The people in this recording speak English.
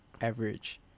average